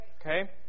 Okay